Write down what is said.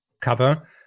cover